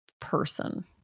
person